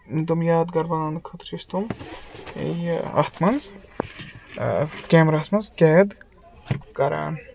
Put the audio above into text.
تِم یادگار بَناونہٕ خٲطرٕ چھِ أسۍ تِم یہِ اَتھ منٛز کیمراہَس منٛز قید کَران